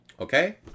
Okay